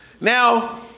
Now